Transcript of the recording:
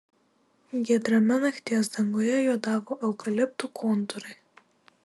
giedrame nakties danguje juodavo eukaliptų kontūrai